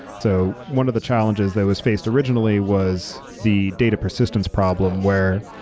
so, one of the challenges that was faced originally was the data persistence problem, where,